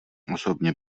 osobně